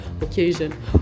occasion